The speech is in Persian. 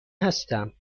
هستم